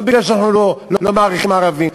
לא בגלל שאנחנו לא מעריכים ערבים,